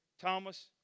Thomas